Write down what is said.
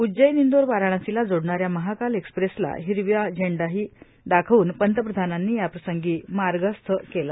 उज्जैन इंदौर वाराणसीला जोडणाऱ्या महाकाल एक्सप्रेसला हिरवा झेंडाही दाखवून पंतप्रधानांनी याप्रसंगी मार्गस्थ केले